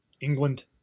England